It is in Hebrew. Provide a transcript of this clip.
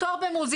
או תואר במוזיקה,